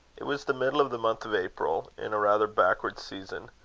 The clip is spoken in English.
it was the middle of the month of april, in a rather backward season.